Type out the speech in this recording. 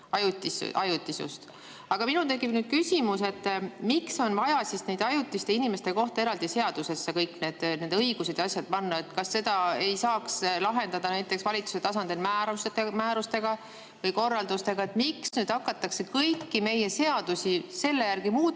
vist nii? Aga minul tekib küsimus, miks on vaja ajutiste inimeste kohta eraldi seadusesse kõik nende õigused ja asjad panna. Kas seda ei saaks lahendada näiteks valitsuse tasandil määrustega või korraldustega? Miks nüüd hakatakse kõiki meie seadusi selle järgi muutma,